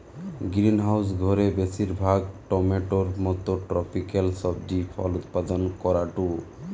greenhouse ঘরে বেশিরভাগ টমেটোর মতো ট্রপিকাল সবজি ফল উৎপাদন করাঢু